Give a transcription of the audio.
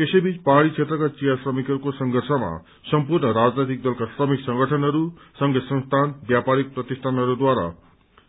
यसै बीच पहाड़ी क्षेत्रका चिया श्रमिकहरूको संघर्षमा सम्पूर्ण राजनैतिक दलका श्रमिक संगठनहरू संघ संस्थान व्यापारिक प्रतिष्ठानहरूद्वारा